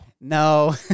No